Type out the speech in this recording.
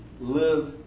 live